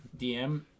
dm